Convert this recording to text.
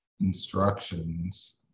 instructions